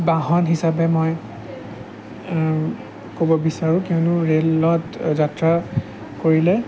বাহন হিচাপে মই ক'ব বিচাৰোঁ কিয়নো ৰেলত যাত্ৰা কৰিলে